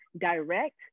direct